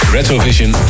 Retrovision